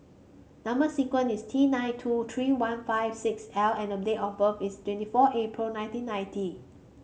number sequence is T nine two three one five six L and date of birth is twenty four April nineteen ninety